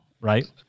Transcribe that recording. right